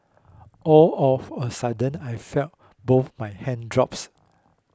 all of a sudden I felt both my hands drops